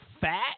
fat